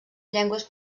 llengües